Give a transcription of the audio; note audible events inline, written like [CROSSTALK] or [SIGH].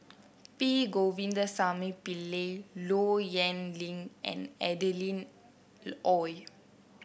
P Govindasamy Pillai Low Yen Ling and Adeline [NOISE] Ooi